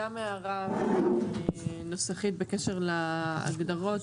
הערה נוסחית בקשר להגדרות.